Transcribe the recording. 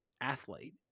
athlete